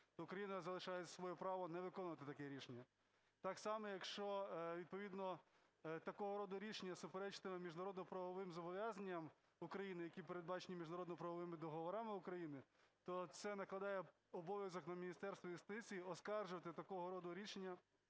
Україна залишає за собою право не виконувати таке рішення. Так само якщо відповідно такого роду рішення суперечитиме міжнародно-правовим зобов'язанням України, які передбачені міжнародно-правовими договорами України, то це накладає обов'язок на Міністерство юстиції оскаржити такого роду рішення